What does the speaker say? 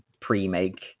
pre-make